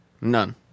None